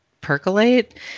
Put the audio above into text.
percolate